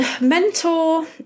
mentor